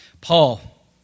Paul